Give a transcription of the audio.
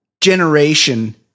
generation